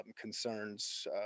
concerns